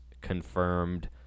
confirmed